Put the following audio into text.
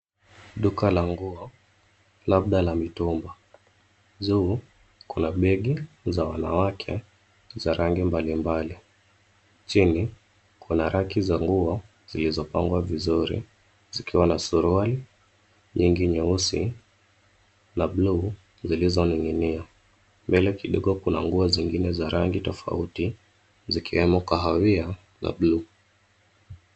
Duka la nguo labda la mitumba. Juu kuna begi za wanawake za rangi mbalimbali. Chini, kuna raki za nguo zilizopangwa vizuri zikiwa na suruali nyingi nyeusi la bluu zilizoning'inia. Mbele kidogo kuna nguo zingine za rangi tofauti zikiwemo kahawia za buluu.